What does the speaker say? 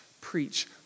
preach